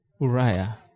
Uriah